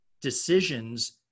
decisions